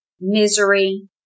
misery